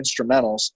instrumentals